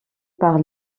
par